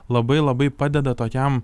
labai labai padeda tokiam